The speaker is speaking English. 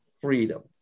freedom